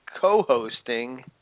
co-hosting